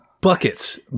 buckets